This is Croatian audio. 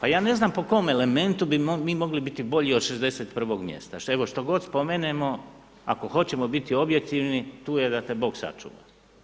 A ja ne znam po kom elementu bi mogli biti bolji od 61. mjesta, evo što god spomenemo, ako hoćemo biti objektivni, tu je da te Bog sačuva.